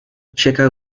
checa